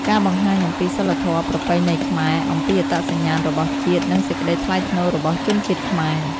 ការបង្ហាញអំពីសីលធម៌ ប្រពៃណីខ្មែរ អំពីអត្តសញ្ញាណរបស់ជាតិ និង សេចក្តីថ្លៃថ្នូររបស់ជនជាតិខ្មែរ ។